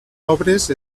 obres